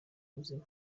ubuzima